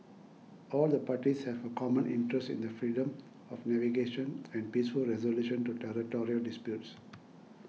all the parties have a common interest in the freedom of navigation and peaceful resolution to territorial disputes